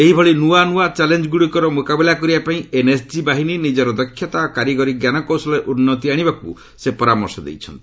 ଏହିଭଳି ନୂଆ ନୂଆ ଚ୍ୟାଲେଞ୍ଜଗୁଡ଼ିକର ମୁକାବିଲା କରିବାପାଇଁ ଏନ୍ଏସ୍ଡି ବାହିନୀ ନିକ୍କର ଦକ୍ଷତା ଓ କାରିଗରି ଜ୍ଞାନକୌଶଳରେ ଉନ୍ନତି ଆଶିବାକୁ ସେ ପରାମର୍ଶ ଦେଇଛନ୍ତି